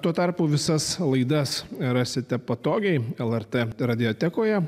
tuo tarpu visas laidas rasite patogiai lrt mediatekoje